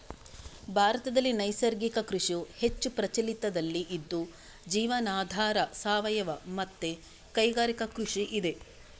ಭಾರತದಲ್ಲಿ ನೈಸರ್ಗಿಕ ಕೃಷಿಯು ಹೆಚ್ಚು ಪ್ರಚಲಿತದಲ್ಲಿ ಇದ್ದು ಜೀವನಾಧಾರ, ಸಾವಯವ ಮತ್ತೆ ಕೈಗಾರಿಕಾ ಕೃಷಿ ಇದೆ